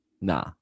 nah